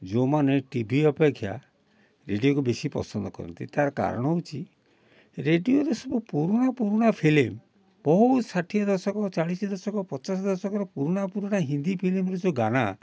ଯେଉଁମାନେ ଟିଭି ଅପେକ୍ଷା ରେଡ଼ିଓକୁ ବେଶି ପସନ୍ଦ କରନ୍ତି ତା'ର କାରଣ ହେଉଛି ରେଡ଼ିଓରେ ସବୁ ପୁରୁଣା ପୁରୁଣା ଫିଲ୍ମ ବହୁ ଷାଠିଏ ଦଶକ ଚାଳିଶ ଦଶକ ପଚାଶ ଦଶକର ପୁରୁଣା ପୁରୁଣା ହିନ୍ଦୀ ଫିଲ୍ମରୁ ଯେଉଁ ଗାନା